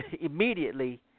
immediately